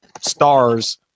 stars